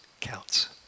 counts